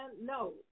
No